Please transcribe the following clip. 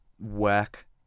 work